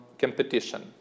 competition